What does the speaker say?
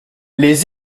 les